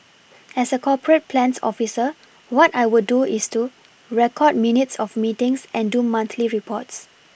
as a corporate plans officer what I would do is to record minutes of meetings and do monthly reports